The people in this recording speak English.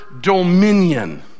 dominion